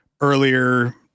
earlier